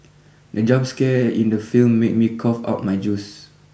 the jump scare in the film made me cough out my juice